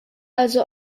also